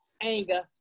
anger